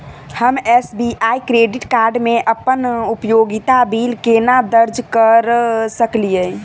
हम SBI credit card मे अप्पन उपयोगिता बिल केना दर्ज करऽ सकलिये?